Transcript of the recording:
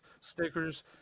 stickers